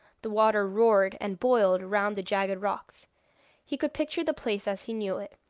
the water roared and boiled round the jagged rocks he could picture the place as he knew it,